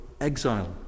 exile